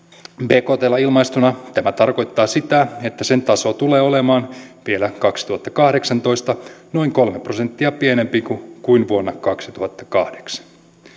bktlla ilmaistuna tämä tarkoittaa sitä että sen taso tulee olemaan vielä kaksituhattakahdeksantoista noin kolme prosenttia pienempi kuin kuin vuonna kaksituhattakahdeksan